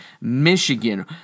Michigan